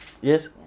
Yes